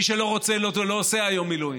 מי שלא רוצה לא עושה היום מילואים,